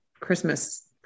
christmas